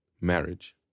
Marriage